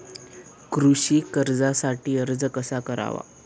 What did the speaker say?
कृषी कर्जासाठी अर्ज कसा करावा?